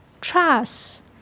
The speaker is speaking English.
trust